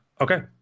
Okay